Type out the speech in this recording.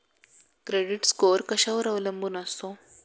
Credit score कशावर अवलंबून असतो?